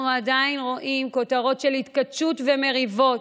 עדיין רואים כותרות של התכתשות ומריבות.